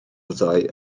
ddoe